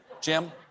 Jim